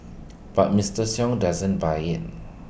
but Mister sung doesn't buy IT